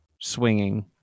swinging